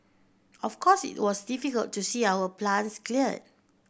of course it was difficult to see our plants cleared